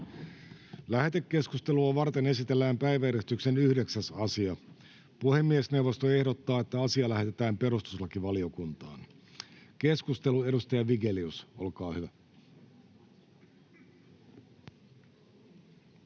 Lähetekeskustelua varten esitellään päiväjärjestyksen 9. asia. Puhemiesneuvosto ehdottaa, että asia lähetetään perustuslakivaliokuntaan. — Keskustelu, edustaja Vigelius, olkaa hyvä.